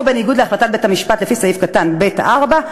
בניגוד להחלטת בית-המשפט לפי סעיף קטן (ב)(4),